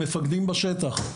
מפקדים בשטח,